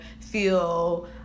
feel